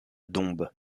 dombes